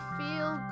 feel